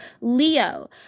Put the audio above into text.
Leo